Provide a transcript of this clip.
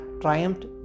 triumphed